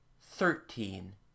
Thirteen